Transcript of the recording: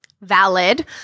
valid